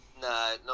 No